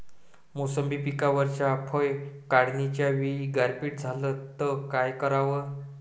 मोसंबी पिकावरच्या फळं काढनीच्या वेळी गारपीट झाली त काय कराव?